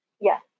Yes